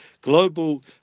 global